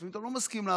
לפעמים אתה לא מסכים לה,